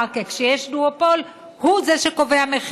הוא מאוד יקר,